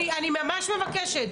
אני ממש מבקשת.